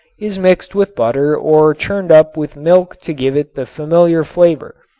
is mixed with butter or churned up with milk to give it the familiar flavor.